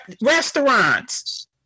restaurants